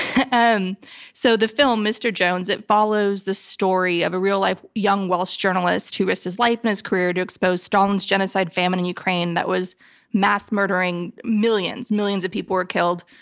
and so the film, mr. jones, it follows the story of a real life young welsh journalist who risked his life and his career to expose stalin's genocide famine in ukraine that was mass murdering millions. millions of people were killed.